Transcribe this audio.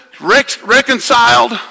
reconciled